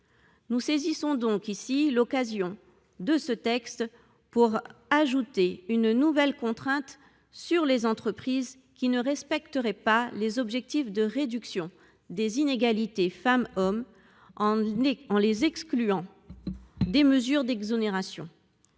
Nous saisissons donc l’occasion de ce texte pour ajouter une nouvelle contrainte sur les entreprises qui ne respecteraient pas les objectifs de réduction des inégalités entre femmes et hommes, en les excluant des mesures d’exonérations,